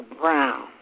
Brown